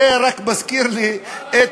זה רק מזכיר לי את,